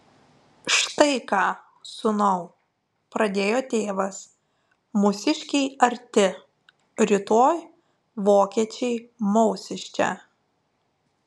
štai ką sūnau pradėjo tėvas mūsiškiai arti rytoj vokiečiai maus iš čia